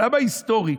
ברמה ההיסטורית,